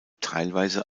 teilweise